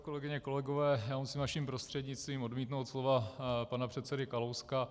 Kolegyně a kolegové, já musím vaším prostřednictvím odmítnout slova pana předsedy Kalouska.